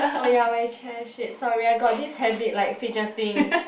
oh ya my chair !shit! sorry I got this habit like fidgeting